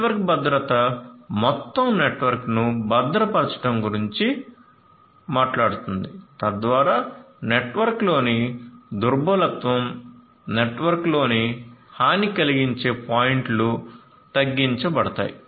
network భద్రత మొత్తం నెట్వర్క్ను భద్రపరచడం గురించి మాట్లాడుతుంది తద్వారా నెట్వర్క్లోని దుర్బలత్వం నెట్వర్క్లోని హాని కలిగించే పాయింట్లు తగ్గించబడతాయి